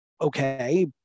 okay